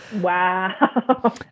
Wow